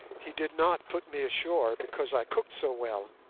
he did not put me ashore because i cooked so well.